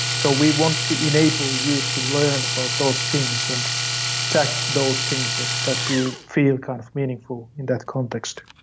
so we want to enable you to learn about those things, and take those things that that you feel kind of meaningful in that context